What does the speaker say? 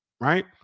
Right